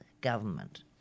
government